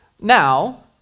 Now